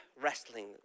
wrestling